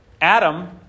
Adam